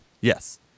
Yes